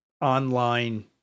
online